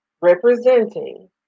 representing